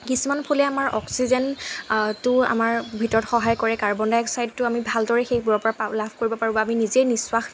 কিছুমান ফুলে আমাৰ অক্সিজেন টো আমাৰ ভিতৰত সহায় কৰে কাৰ্বন ডাই অক্সাইডটো আমি ভালদৰে সেইবোৰৰ পৰা পাওঁ লাভ কৰিব পাৰোঁ বা আমি নিজেই নিশ্বাস